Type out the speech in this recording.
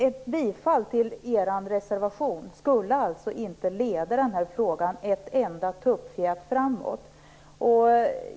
Ett bifall till er reservation skulle alltså inte leda den här frågan ett enda tuppfjät framåt.